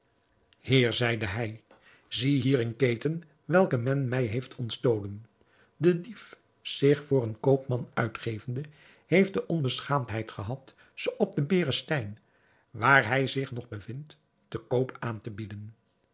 heer zeide hij zie hier eene keten welke men mij heeft ontstolen de dief zich voor een koopman uitgevende heeft de onbeschaamdheid gehad ze op den berestein waar hij zich nog bevindt te koop aan te bieden